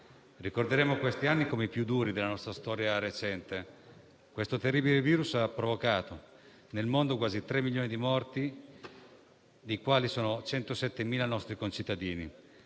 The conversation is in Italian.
ricorderemo questi anni come i più duri della nostra storia recente. Questo terribile virus ha provocato nel mondo quasi tre milioni di morti, dei quali 107.000 sono nostri concittadini.